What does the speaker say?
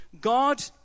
God